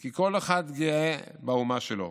כי כל אחד גאה באומה שלו.